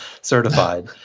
certified